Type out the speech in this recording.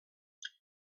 els